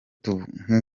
tubivuze